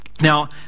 Now